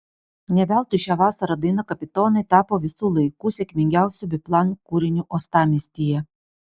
ne veltui šią vasarą daina kapitonai tapo visų laikų sėkmingiausiu biplan kūriniu uostamiestyje